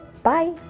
Bye